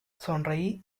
sonreí